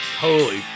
holy